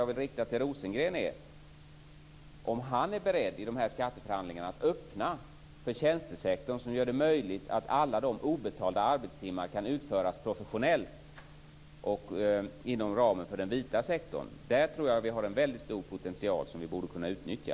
Jag vill rikta en fråga till Rosengren: Är han beredd att i dessa skatteförhandlingar öppna för tjänstesektorn, så att det blir möjligt att allt det här obetalda arbetet kan utföras professionellt och inom ramen för den vita sektorn? Där tror jag att det finns en stor potential som vi borde kunna utnyttja.